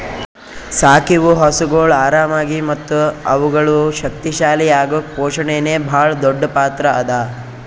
ಸಾಕಿವು ಹಸುಗೊಳ್ ಆರಾಮಾಗಿ ಮತ್ತ ಅವುಗಳು ಶಕ್ತಿ ಶಾಲಿ ಅಗುಕ್ ಪೋಷಣೆನೇ ಭಾಳ್ ದೊಡ್ಡ್ ಪಾತ್ರ ಅದಾ